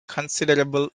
considerable